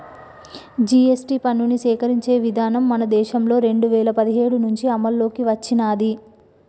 GST పన్నుని సేకరించే విధానం మన దేశంలో రెండు వేల పదిహేడు నుంచి అమల్లోకి వచ్చినాది